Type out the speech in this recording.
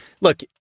Look